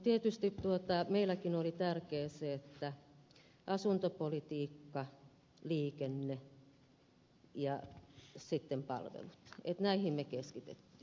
tietysti meillekin oli tärkeää se että me keskityimme asuntopolitiikkaan liikenteeseen ja palveluihin